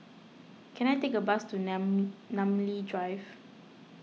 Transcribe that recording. can I take a bus to Nam Namly Drive